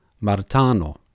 martano